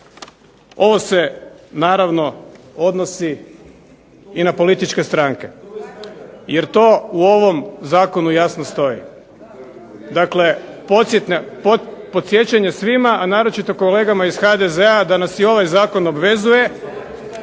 Ovo se naravno odnosi i na političke stranke, jer to u ovom zakonu jasno stoji. Dakle podsjećanje svima, a naročito kolegama iz HDZ-a da nas i ovaj zakon obvezuje,